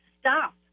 stop